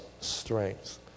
strength